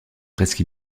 presque